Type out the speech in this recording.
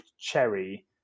cherry